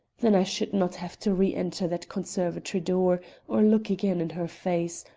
then i should not have to reenter that conservatory door or look again in her face,